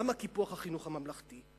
למה קיפוח החינוך הממלכתי?